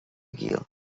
gael